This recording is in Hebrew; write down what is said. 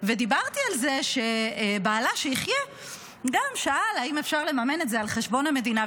ודיברתי על זה שבעלה שיחיה גם שאל אם אפשר לממן את זה על חשבון המדינה.